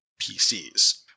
PCs